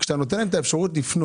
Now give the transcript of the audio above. שכאשר אתה נותן להם את האפשרות לפנות,